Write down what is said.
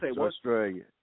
Australia